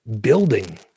building